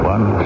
One